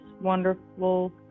wonderful